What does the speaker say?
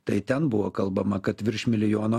tai ten buvo kalbama kad virš milijono